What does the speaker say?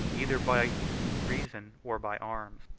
either by reason or by arms.